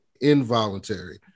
involuntary